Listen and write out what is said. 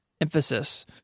emphasis